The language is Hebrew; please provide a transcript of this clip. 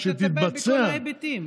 שתטפל בכל ההיבטים.